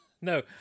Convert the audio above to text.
no